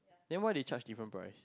then why they charge different price